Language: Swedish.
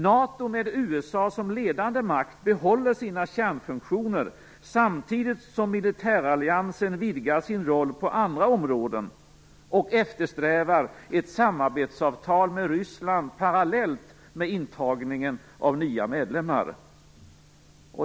NATO, med USA som ledande makt, behåller sina kärnfunktioner samtidigt som militäralliansen vidgar sin roll på andra områden och eftersträvar ett samarbetsavtal med Ryssland parallellt med intagningen av nya medlemmar.